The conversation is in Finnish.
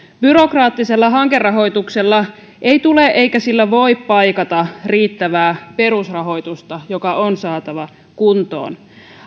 byrokraattisella hankerahoituksella ei tule eikä sillä voi paikata riittävää perusrahoitusta joka on saatava kuntoon